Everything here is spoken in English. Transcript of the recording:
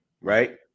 right